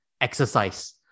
exercise